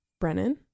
Brennan